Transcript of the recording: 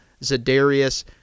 Zadarius